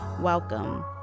Welcome